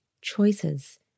choices